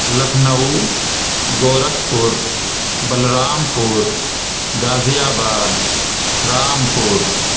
Lucknow Gorakhpur Balrampur Ghaziabad Rampur